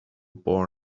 born